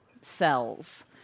cells